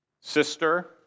Sister